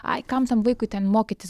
ai kam tam vaikui ten mokytis